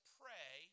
pray